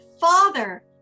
Father